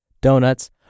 donuts